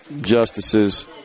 justices